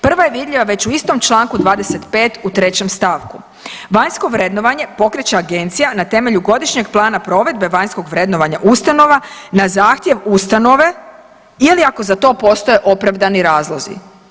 Prva je vidljiva već u istom čl. 25. u 3. st., vanjsko vrednovanje pokreće agencija na temelju godišnjeg plana provedbe vanjskog vrednovanja ustanova na zahtjev ustanove ili ako za to postoje opravdani razlozi.